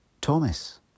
Thomas